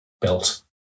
built